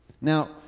Now